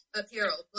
apparel